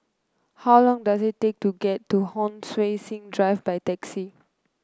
how long does it take to get to Hon Sui Sen Drive by taxi